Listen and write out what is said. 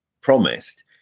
promised